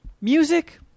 music